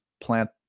plant